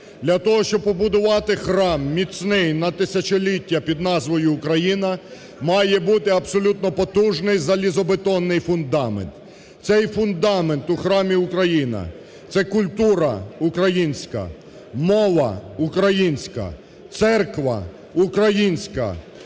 для того, щоб побудувати храм міцний на тисячоліття під назвою "Україна", має бути абсолютно потужний залізобетонний фундамент. Цей фундамент у храмі "Україна" це: культура – українська, мова – українська, церква – українська,